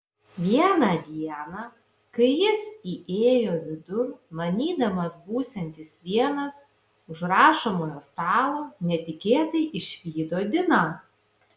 vieną dieną kai jis įėjo vidun manydamas būsiantis vienas už rašomojo stalo netikėtai išvydo diną